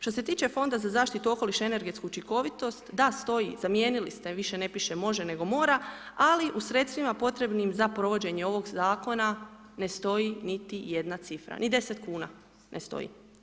Što se tiče Fonda za zaštitu okoliša i energetsku učinkovitost, da stoji, zamijenili ste, više ne piše može, nego mora, ali u sredstvima potrebnim za provođenje ovog zakona ne stoji niti jedna cifra, ni 10 kn ne stoji.